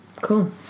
cool